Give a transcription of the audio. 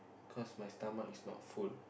cause my stomach is not full